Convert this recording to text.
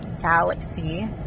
Galaxy